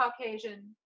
Caucasian